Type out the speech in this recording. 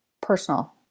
personal